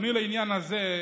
אדוני, לעניין הזה,